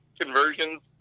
conversions